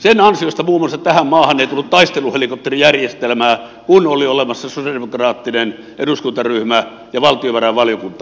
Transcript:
sen ansiosta tähän maahan ei tullut muun muassa taisteluhelikopterijärjestelmää kun oli olemassa sosialidemokraattinen eduskuntaryhmä ja valtiovarainvaliokunta